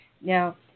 Now